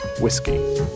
whiskey